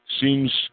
seems